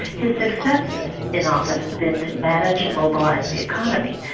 his successes in office has been to manage and mobilise the economy,